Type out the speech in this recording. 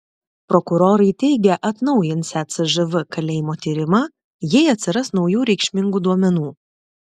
prokurorai teigia atnaujinsią cžv kalėjimo tyrimą jei atsiras naujų reikšmingų duomenų